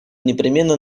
непременно